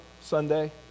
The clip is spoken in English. Sunday